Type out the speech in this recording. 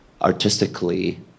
artistically